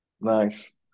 Nice